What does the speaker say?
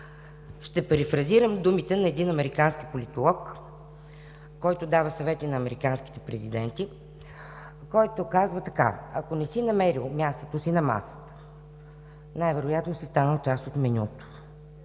ще перифразирам думите на един американски политолог, който дава съвети на американските президенти, той казва така: „Ако не си намерил мястото си на масата, най-вероятно си станал част от менюто“.